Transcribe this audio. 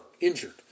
injured